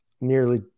nearly